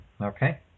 Okay